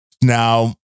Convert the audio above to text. Now